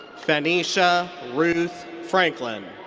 fenisha ruth franklin.